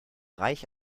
reich